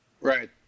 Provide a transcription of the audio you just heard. Right